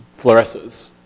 fluoresces